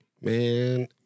Man